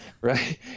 right